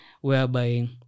Whereby